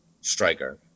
striker